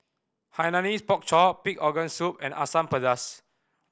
Hainanese Pork Chop pig organ soup and Asam Pedas